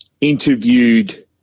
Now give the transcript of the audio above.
interviewed